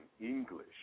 English